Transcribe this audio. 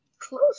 close